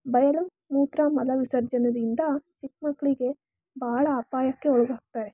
ಬಯಲು ಮೂತ್ರ ಮಲ ವಿಸರ್ಜನದಿಂದ ಚಿಕ್ಕಮಕ್ಳಿಗೆ ಬಹಳ ಅಪಾಯಕ್ಕೆ ಒಳಗಾಗ್ತಾರೆ